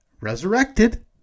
Resurrected